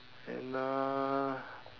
and uh